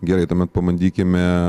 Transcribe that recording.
gerai tuomet pabandykime